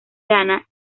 ghana